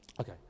Okay